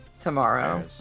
tomorrow